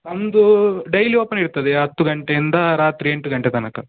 ನಮ್ಮದು daily open ಇರ್ತದೆ ಹತ್ತು ಗಂಟೆಯಿಂದ ರಾತ್ರಿ ಎಂಟು ಗಂಟೆ ತನಕ